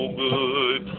good